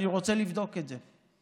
אני רוצה לבדוק את זה,